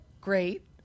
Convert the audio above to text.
great